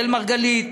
אראל מרגלית,